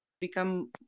become